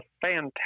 fantastic